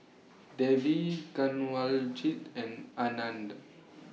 Devi Kanwaljit and Anand